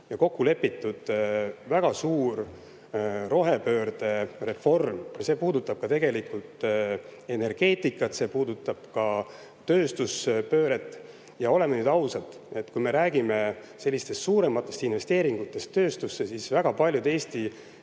ja kokku lepitud väga suur rohepöördereform. See puudutab tegelikult ka energeetikat, see puudutab ka tööstuspööret. Ja oleme ausad, kui me räägime sellistest suurematest investeeringutest tööstusse, siis väga paljud Eesti